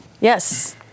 Yes